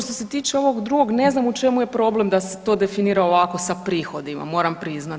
Što se tiče ovog drugog ne znam u čemu je problem da se to definira ovako sa prihodima moram priznat.